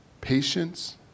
patience